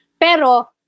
Pero